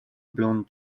blond